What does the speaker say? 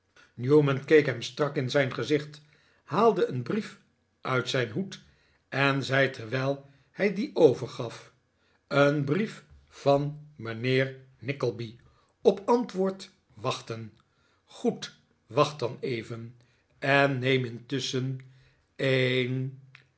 newman keek hem strak in zijn gezicht haalde een brief uit zijn hoed en zei terwijl hij dien overgaf een brief van mijnheer nickleby op antwoord wachten goed wacht dan even en neem intusschen een